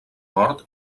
nord